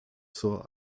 zur